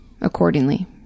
accordingly